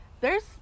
there's-